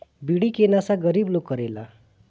बीड़ी के नशा गरीब लोग करेला